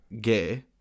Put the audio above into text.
gay